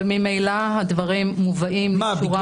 אבל ממילא הדברים מובאים לאישורם.